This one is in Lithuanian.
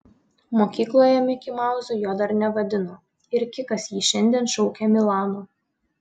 mokykloje mikimauzu jo dar nevadino ir kikas jį šiandien šaukė milanu